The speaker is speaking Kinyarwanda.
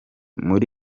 muri